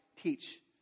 teach